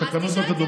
בתקנות לא כתוב.